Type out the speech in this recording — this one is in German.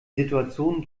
situation